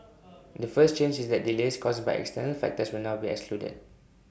the first change is that delays caused by external factors will now be excluded